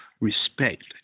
respect